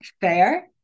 fair